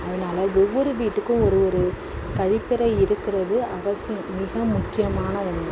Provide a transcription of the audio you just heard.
அதனால் ஒவ்வொரு வீட்டுக்கும் ஒரு ஒரு கழிப்பறை இருக்கிறது அவசியம் மிக முக்கியமான ஒன்று